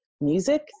music